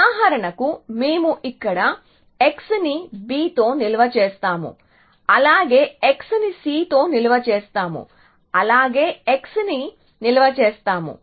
ఉదాహరణకు మేము ఇక్కడ x ని b తో నిల్వ చేస్తాము అలాగే x ని c తో నిల్వ చేస్తాము అలాగే x ని నిల్వ చేస్తాము